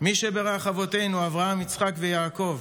"מי שבירך אבותינו אברהם, יצחק ויעקב